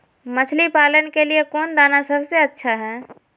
मछली पालन के लिए कौन दाना सबसे अच्छा है?